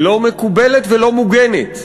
לא מקובלת ולא מוגנת.